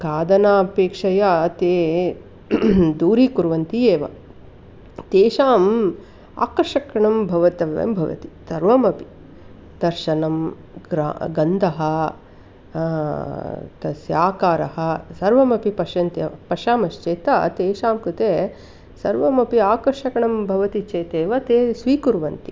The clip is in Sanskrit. खादनापेक्षया ते दूरीकुर्वन्ति एव तेषाम् आकर्षणं भवितव्यं भवति सर्वमपि दर्शनं ग्र गन्धः तस्य आकारः सर्वमपि पश्यन्तेव पश्यामश्चेत् तेषां कृते सर्वमपि आकर्षणं भवति चेतेव ते स्वीकुर्वन्ति